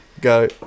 Go